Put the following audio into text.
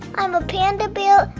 i'm a panda bear.